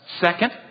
Second